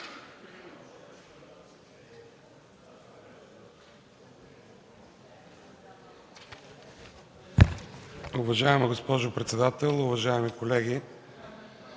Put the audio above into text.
Уважаема госпожо председател, уважаеми колеги!